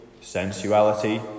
sensuality